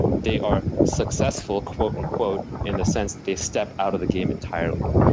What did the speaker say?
they are successful quote-unquote in the sense that they step out of the game entirely.